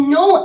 no